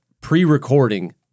pre-recording